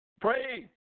Pray